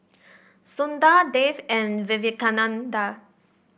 Sundar Dev and Vivekananda